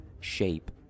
shape